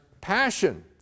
passion